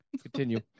Continue